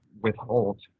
withhold